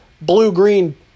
blue-green